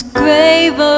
grave